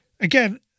again